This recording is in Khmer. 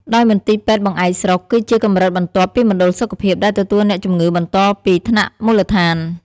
ដោយមន្ទីរពេទ្យបង្អែកស្រុក គឺជាកម្រិតបន្ទាប់ពីមណ្ឌលសុខភាព ដែលទទួលអ្នកជំងឺបន្តពីថ្នាក់មូលដ្ឋាន។